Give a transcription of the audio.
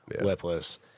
lipless